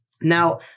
Now